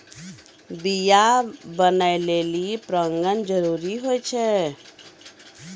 बीया बनै लेलि परागण जरूरी होय छै